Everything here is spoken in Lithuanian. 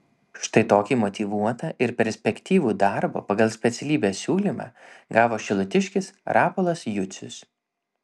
štai tokį motyvuotą ir perspektyvių darbo pagal specialybę siūlymą gavo šilutiškis rapolas jucius